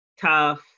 tough